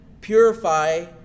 purify